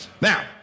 Now